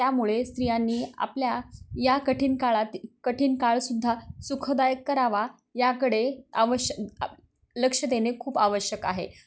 त्यामुळे स्त्रियांनी आपल्या या कठीण काळात कठीण काळसुद्धा सुखदायक करावा याकडे आवश्य आ लक्ष देणे खूप आवश्यक आहे